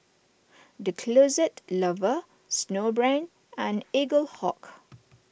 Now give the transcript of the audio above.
the Closet Lover Snowbrand and Eaglehawk